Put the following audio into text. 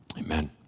Amen